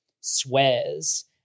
swears